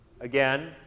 Again